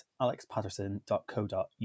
alexpatterson.co.uk